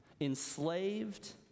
enslaved